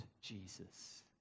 Jesus